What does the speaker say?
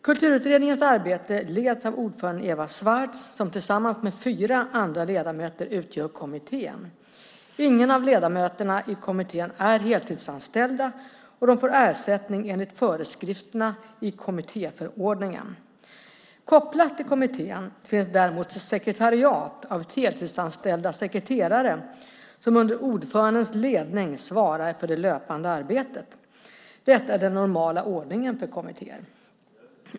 Kulturutredningens arbete leds av ordföranden Eva Swartz, som tillsammans med fyra andra ledamöter utgör kommittén. Ingen av ledamöterna i kommittén är heltidsanställda, och de får ersättning enligt föreskrifterna i kommittéförordningen. Kopplat till kommittén finns däremot ett sekretariat av heltidsanställda sekreterare, som under ordförandens ledning svarar för det löpande arbetet. Detta är den normala ordningen för kommittéer.